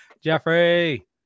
Jeffrey